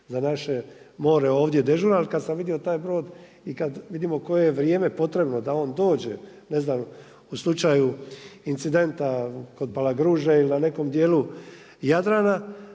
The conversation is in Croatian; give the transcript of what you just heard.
za naše more ovdje dežuran. Ali kada sam vidio taj brod i kad vidimo koje je vrijeme potrebno da on dođe, ne znam u slučaju incidenta kod Palagruže il na nekom dijelu Jadrana,